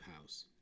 house